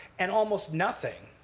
and almost nothing?